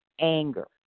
anger